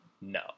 no